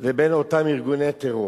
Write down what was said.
לבין אותם ארגוני טרור,